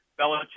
Belichick